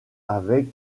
avec